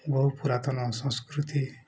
ବହୁ ପୁରାତନ ସଂସ୍କୃତି